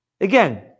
Again